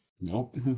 nope